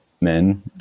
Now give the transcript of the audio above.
men